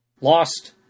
Lost